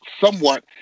somewhat